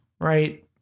Right